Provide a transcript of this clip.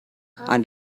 and